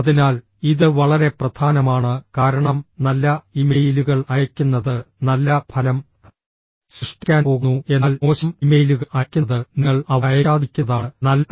അതിനാൽ ഇത് വളരെ പ്രധാനമാണ് കാരണം നല്ല ഇമെയിലുകൾ അയയ്ക്കുന്നത് നല്ല ഫലം സൃഷ്ടിക്കാൻ പോകുന്നു എന്നാൽ മോശം ഇമെയിലുകൾ അയയ്ക്കുന്നത് നിങ്ങൾ അവ അയയ്ക്കാതിരിക്കുന്നതാണ് നല്ലത്